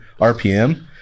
RPM